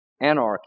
anarchy